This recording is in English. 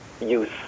use